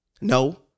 No